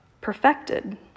perfected